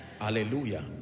Hallelujah